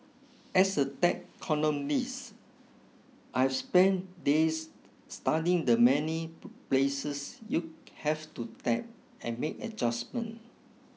as a tech columnist I've spent days studying the many places you have to tap and make adjustment